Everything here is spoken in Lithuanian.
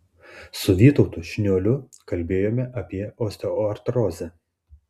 su vytautu šniuoliu kalbėjome apie osteoartrozę